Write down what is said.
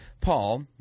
Paul